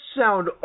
sound